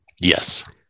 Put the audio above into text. yes